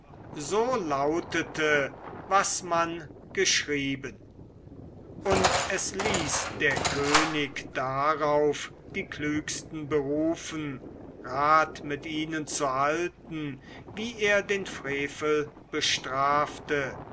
so lautete was man geschrieben und es ließ der könig darauf die klügsten berufen rat mit ihnen zu halten wie er den frevel bestrafte